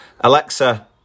Alexa